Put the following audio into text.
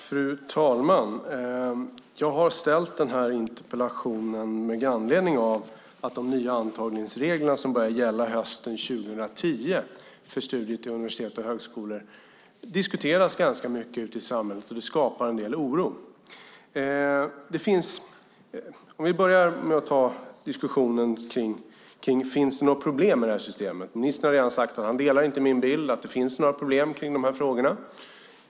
Fru talman! Jag har ställt interpellationen med anledning av att de nya antagningsreglerna för studier till universitet och högskolor som börjar gälla hösten 2010 diskuteras i samhället och skapar en del oro. Finns det några problem med detta system? Ministern delar inte min syn att det finns det.